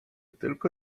tylko